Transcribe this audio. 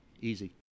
Easy